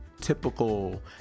Typical